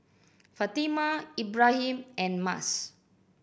Fatimah Ibrahim and Mas